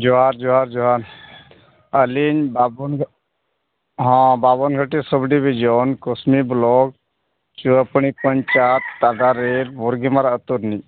ᱡᱚᱦᱟᱨ ᱡᱚᱦᱟᱨ ᱟᱹᱞᱤᱧ ᱵᱟᱵᱚᱱ ᱦᱮᱸ ᱵᱟᱵᱚᱱ ᱜᱷᱟᱹᱴᱤ ᱥᱟᱵ ᱰᱤᱵᱷᱤᱡᱮᱱ ᱠᱚᱥᱱᱤ ᱵᱞᱚᱠ ᱯᱚᱧᱪᱟᱭᱮᱛ ᱵᱚᱨᱜᱤᱢᱟᱨ ᱟᱛᱳ ᱨᱤᱱᱤᱡ